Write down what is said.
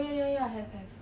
eh